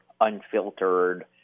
unfiltered